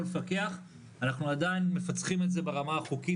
לפקח אנחנו עדיין מפצחים את זה ברמה החוקית,